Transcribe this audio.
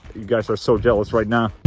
you guys are so jealous right now